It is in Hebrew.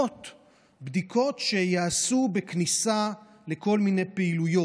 בדיקות שייעשו בכניסה לכל מיני פעילויות.